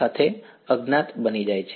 વિદ્યાર્થી